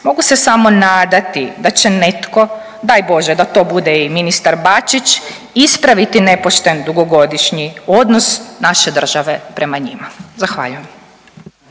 mogu se samo nadati da će netko, daj bože da to bude i ministar Bačić, ispraviti nepošten dugogodišnji odnos naše države prema njima. Zahvaljujem.